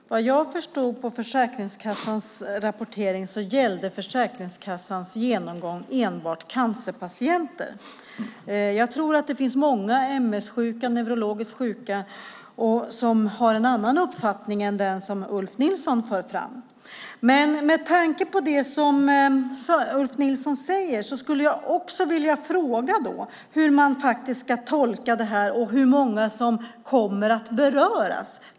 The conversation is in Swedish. Herr talman! Såvitt jag förstod av Försäkringskassans rapport gällde genomgången enbart cancerpatienter. Jag tror att det finns många ms-sjuka och andra med neurologiska sjukdomar som har en annan uppfattning än den som Ulf Nilsson för fram. Men med tanke på det som Ulf Nilsson säger skulle jag vilja fråga hur man ska tolka detta och hur många som kommer att beröras.